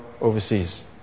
overseas